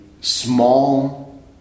small